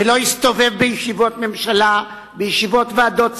ולא יסתובב בישיבות ממשלה, בישיבות ועדות שרים,